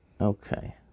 Okay